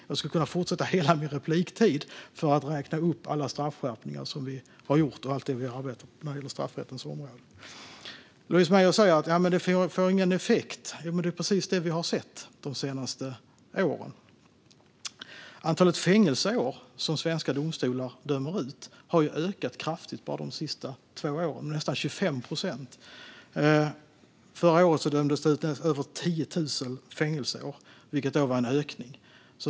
Jag skulle kunna fortsätta hela anförandet ut med att räkna upp alla straffskärpningar som vi har gjort och allt vi har arbetat med på straffrättens område. Louise Meijer säger att det inte får någon effekt, men det är ju precis det vi har sett de senaste åren. Antalet fängelseår som svenska domstolar dömer ut har ökat kraftigt bara de senaste två åren, med nästan 25 procent. Förra året dömdes det ut över 10 000 fängelseår, vilket var en ökning.